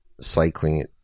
cycling